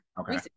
Okay